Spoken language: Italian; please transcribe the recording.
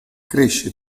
cresce